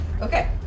Okay